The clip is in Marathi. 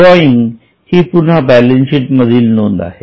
ड्रॉइंग ही पुन्हा बॅलन्स शीट मधील नोंद आहे